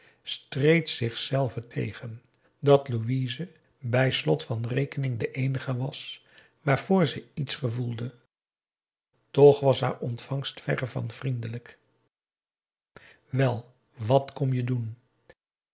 streed zich zelve tegen dat louise bij slot van rekening de eenige was waarvoor ze iets gevoelde p a daum hoe hij raad van indië werd onder ps maurits toch was haar ontvangst verre van vriendelijk wel wat kom je doen